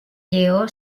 lleó